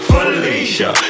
Felicia